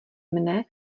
mne